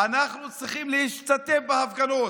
אנחנו צריכים להשתתף בהפגנות.